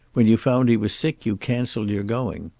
when you found he was sick you canceled your going.